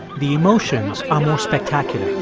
the emotions are more spectacular